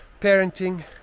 Parenting